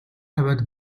тавиад